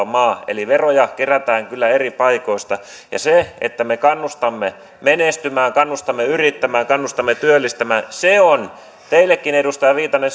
maa eli veroja kerätään kyllä eri paikoista ja se että me kannustamme menestymään kannustamme yrittämään kannustamme työllistämään on teillekin edustaja viitanen